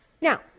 Now